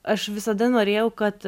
aš visada norėjau kad